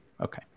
okay